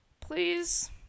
Please